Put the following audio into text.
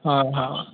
हा हा